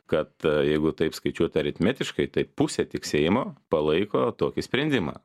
kad jeigu taip skaičiuot aritmetiškai tai pusė tiksėjimo palaiko tokį sprendimą